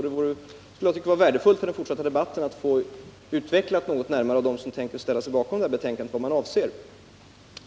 Det vore värdefullt för den fortsatta debatten att, av dem som tänker ställa sig bakom detta betänkande, något närmare få utvecklat vad man avser.